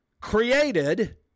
created